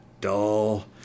dull